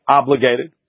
obligated